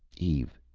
eve,